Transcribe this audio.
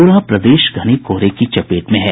पूरा प्रदेश घने कोहरे की चपेट में है